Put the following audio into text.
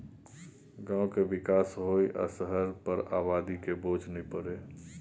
गांव के विकास होइ आ शहर पर आबादी के बोझ नइ परइ